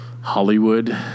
Hollywood